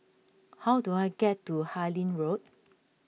how do I get to Harlyn Road